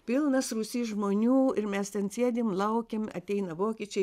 pilnas rūsys žmonių ir mes ten sėdim laukiam ateina vokiečiai